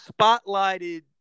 spotlighted